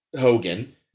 Hogan